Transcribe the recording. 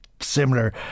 similar